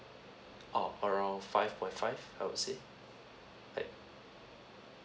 oh around five point five I would say like